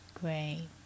Great